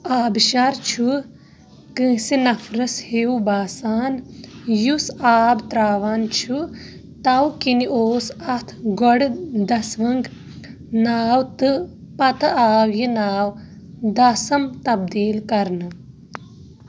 آبشار چھُ كٲنٛسہِ نفرس ہیٚو باسان یُس آب تراوان چھُ، تو كِنہِ اوس اتھ گۄڈٕ دسونگ ناو تہٕ پتہٕ آو یہِ ناو داسم تبدیٖل كرنہٕ